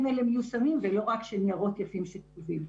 האלה מיושמים ולא רק של ניירות יפים שכתובים.